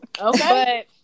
Okay